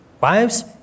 Wives